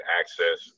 access